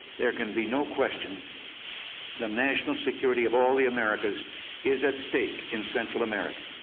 there can be no question. the national security of all the americas is at stake in central america.